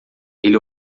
ele